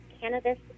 cannabis